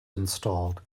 installed